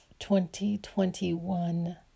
2021